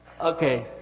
Okay